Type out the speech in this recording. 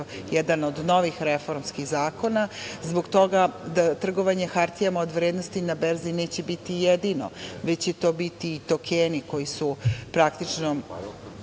jedan od novih reformskih zakona i zbog toga trgovanje hartijama od vrednosti na berzi neće biti i jedino, već će to biti i tokeni, koji su praktično